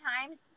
times